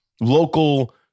local